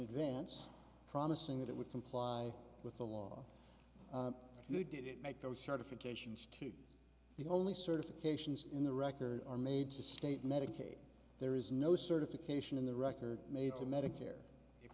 advance promising that it would comply with the law who did it make those certifications to the only certifications in the records are made to state medicaid there is no certification in the record made to medicare if